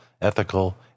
ethical